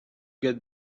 get